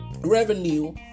revenue